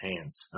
hands